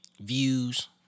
Views